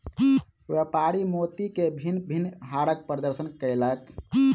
व्यापारी मोती के भिन्न भिन्न हारक प्रदर्शनी कयलक